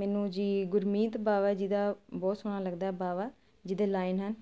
ਮੈਨੂੰ ਜੀ ਗੁਰਮੀਤ ਬਾਵਾ ਜੀ ਦਾ ਬਹੁਤ ਸੋਹਣਾ ਲੱਗਦਾ ਬਾਵਾ ਜਿਹਦੇ ਲਾਈਨ ਹਨ